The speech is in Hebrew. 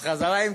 אז חזרה,